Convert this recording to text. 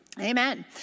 Amen